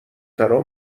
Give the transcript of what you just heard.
ترا